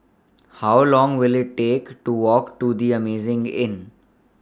How Long Will IT Take to Walk to The Amazing Inn